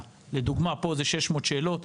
לדוגמה: פה יש כ-600 שאלות.